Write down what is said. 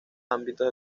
ámbitos